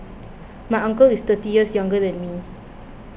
my uncle is thirty years younger than me